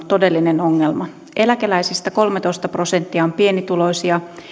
todellinen ongelma eläkeläisistä kolmetoista prosenttia on pienituloisia